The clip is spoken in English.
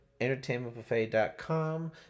entertainmentbuffet.com